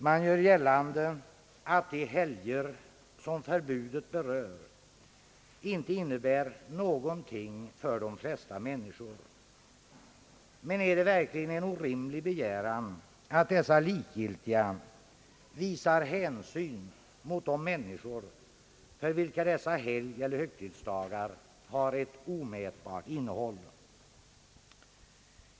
Man gör gällande att de helgdagar som förbudet berör inte innebär någonting för de flesta människor. Men är det verkligen en orimlig begäran att dessa likgiltiga visar hänsyn mot de människor för vilka dessa helgeller högtidsdagar har ett omätbart innehåll?